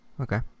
okay